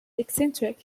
eccentric